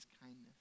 kindness